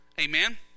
Amen